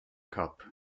cup